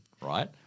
right